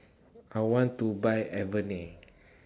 I want to Buy Avene